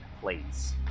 please